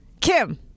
Kim